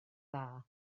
dda